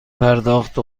پرداخت